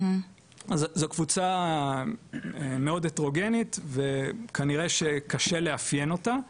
זו קבוצה מאוד הטרוגנית וכנראה שקשה לאפיין אותה,